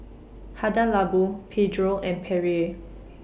Hada Labo Pedro and Perrier